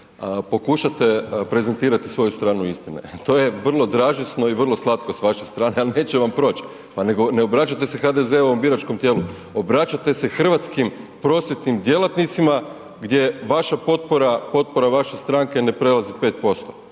pokušate prezentirati svoju stranu istine. To je vrlo dražesno i vrlo slatko s vaše strane ali neće vam proći. Pa ne obraćate se HDZ-ovom biračkom tijelu, obraćate se hrvatskim prosvjetnim djelatnicima gdje vaša potpora, potpora vaše stranke ne prelazi 5%.